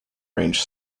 range